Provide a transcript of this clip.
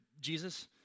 Jesus